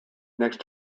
next